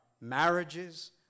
marriages